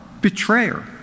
betrayer